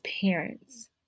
parents